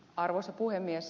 arvoisa puhemies